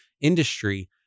industry